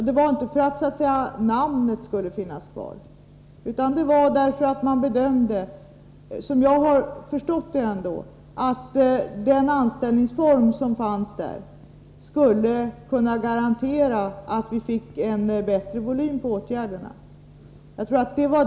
Det var inte så att säga för att namnet skulle finnas kvar, utan som jag har förstått det var det för att den anställningsform som fanns där skulle kunna garantera att vi fick en bättre volym på åtgärderna.